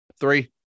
Three